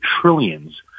trillions